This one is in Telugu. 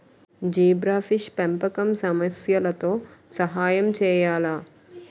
జీబ్రాఫిష్ పెంపకం సమస్యలతో సహాయం చేయాలా?